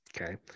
Okay